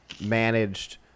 managed